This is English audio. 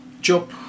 Job